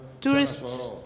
tourists